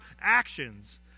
actions